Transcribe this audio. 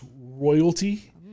royalty